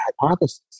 hypothesis